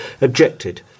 objected